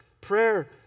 prayer